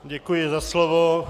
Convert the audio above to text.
Děkuji za slovo.